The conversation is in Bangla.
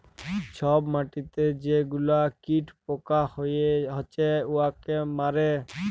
ছব মাটিতে যে গুলা কীট পকা হছে উয়াকে মারে